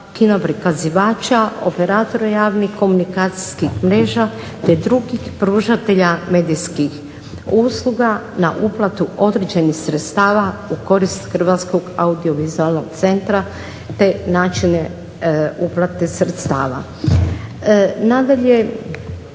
kino prikazivača, operatora javnih komunikacijskih mreža, te drugih pružatelja medijskih usluga na uplatu određenih sredstava u korist Hrvatskog audiovizualnog centra te načine uplate sredstava. Nadalje,